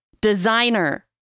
Designer